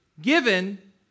given